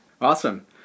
Awesome